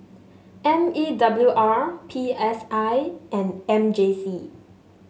M E W R P S I and M J C